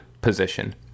position